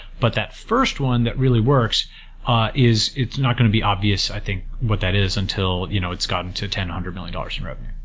but that first one that really works is it's not going to be obvious, i think what that is until you know it's gotten to ten or hundred million dollars in revenue.